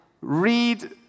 read